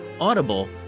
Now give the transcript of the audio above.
Audible